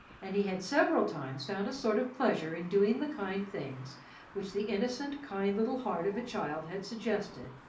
and he had several times found a sort of pleasure in doing the kind things which the innocent, kind little heart of a child had suggested,